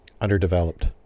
underdeveloped